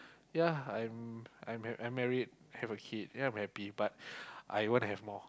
ya I'm I'm I'm married have a kid ya I'm happy but I wanna have more